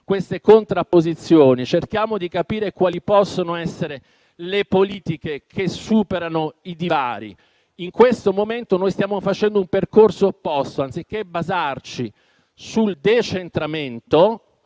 queste contrapposizioni, allora, cerchiamo di capire quali possono essere le politiche che superano i divari. In questo momento, stiamo facendo un percorso opposto: anziché basarci sul decentramento,